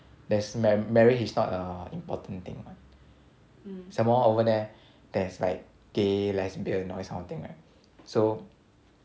there's ma~ marriage is not a important thing what some more over there's like gay lesbian all these kind of thing right so